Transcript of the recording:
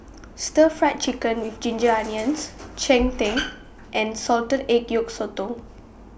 Stir Fried Chicken with Ginger Onions Cheng Tng and Salted Egg Yolk Sotong